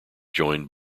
joined